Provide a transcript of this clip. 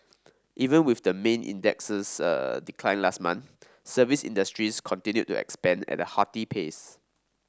even with the main index's decline last month service industries continued to expand at a hearty pace